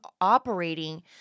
operating